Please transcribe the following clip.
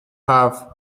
haf